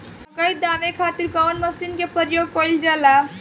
मकई दावे खातीर कउन मसीन के प्रयोग कईल जाला?